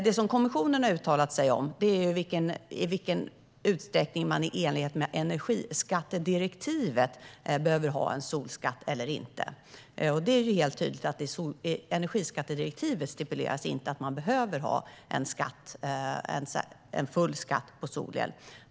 Det kommissionen har uttalat sig om är i vilken utsträckning man i enlighet med energiskattedirektivet behöver ha en solskatt. Det är tydligt att energiskattedirektivet inte stipulerar att man behöver ha en full skatt på solel.